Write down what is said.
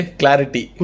clarity